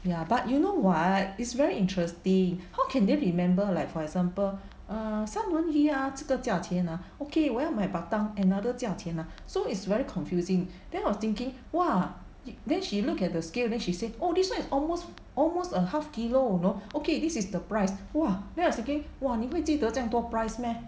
ya but you know what is very interesting how can they remember like for example err 三文鱼 ah 这个价钱 ah okay 我要买 batang another 价钱 ah so it's very confusing then I was thinking !wah! then she looked at the scale then she said oh this one is almost almost a half kilo you know okay this is the price !wah! then I was thinking !wah! 你会记得这么多 price meh